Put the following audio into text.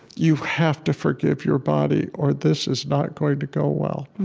you have to forgive your body or this is not going to go well.